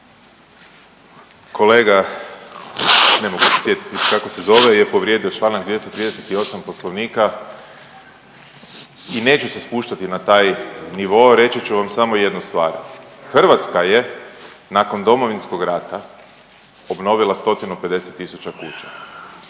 Kolega ne mogu se sjetiti kao se zove je povrijedio Članak 238. Poslovnika i neću se spuštati na taj nivo. Reći ću vam samo jednu stvar, Hrvatska je nakon Domovinskog rata obnovila 150.000 tisuća